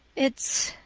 it's.